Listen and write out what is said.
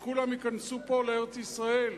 שכולם ייכנסו פה לארץ-ישראל.